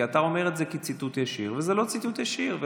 כי אתה אומר את זה כציטוט ישיר וזה לא ציטוט ישיר.